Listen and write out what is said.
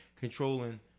controlling